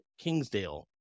Kingsdale